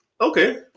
Okay